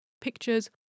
pictures